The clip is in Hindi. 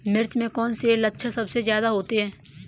मिर्च में कौन से लक्षण सबसे ज्यादा होते हैं?